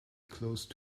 close